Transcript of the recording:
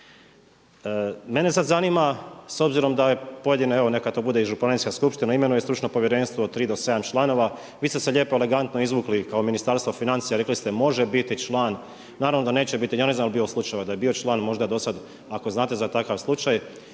Mene sad zanima, s obzirom, da je pojedine, evo neka to bude i županijska skupština imenuje stručno povjerenstvo od 3 do 7 članova, vi ste se lijepo elegantno izvukli kao Ministarstvo financija, rekli ste može biti član, naravno da neće biti, ja ne znam da je bilo slučajeva da je bio slučajeva, da je bio član, možda do sad ako znate za takav slučaj.